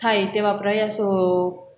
થાય તેવા પ્રયાસો